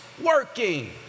working